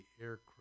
aircraft